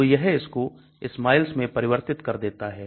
तो यह इसको SMILES में परिवर्तित कर देता है